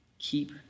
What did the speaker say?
Keep